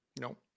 No